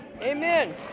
amen